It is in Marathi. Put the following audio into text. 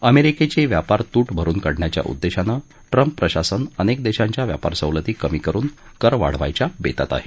अमेरिकेची व्यापार तु भरुन काढण्याच्या उद्देशानं ट्रंप प्रशासन अनेक देशांच्या व्यापार सवलती कमी करुन कर वाढवण्याच्या बेतात आहे